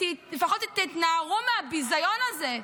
לפחות תתנערו מהביזיון הזה.